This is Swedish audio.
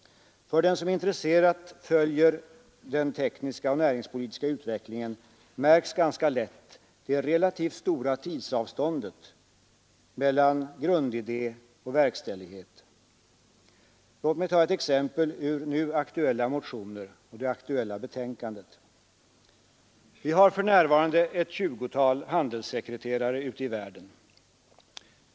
Den som intresserat följer den tekniska och näringspolitiska utvecklingen märker ganska lätt det relativt stora tidsavståndet mellan grundidé och verkställighet. Låt mig ta ett exempel ur nu aktuella motioner och betänkande. Vi har för närvarande ett tjugotal handelssekreterare ute i världen.